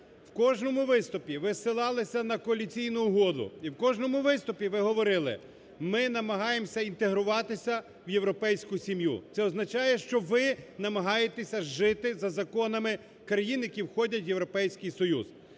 В кожному виступі ви зсилалися на коаліційну угоду і в кожному виступі ви говорили "ми намагаємося інтегруватися в європейську сім'ю". Це означає, що ви намагаєтеся жити за законами країн, які входять в Європейський Союз.